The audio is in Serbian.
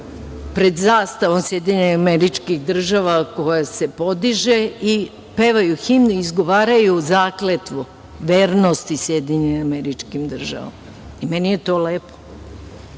pred zastavom Sjedinjenih Američkih Država, koja se podiže i pevaju himnu i izgovaraju zakletvu vernosti Sjedinjenim Američkim Državama. Meni je to lepo.